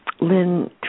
Lynn